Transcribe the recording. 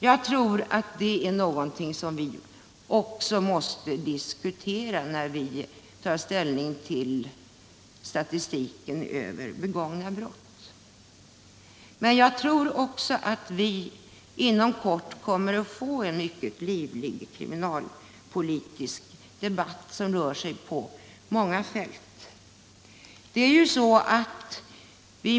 Jag tror att detta är någonting som vi även måste ta med i bilden när vi ser på statistiken över begångna brott. Jag tror också att vi inom kort kommer att få en mycket livlig kriminalpolitisk debatt som rör många fält.